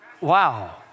wow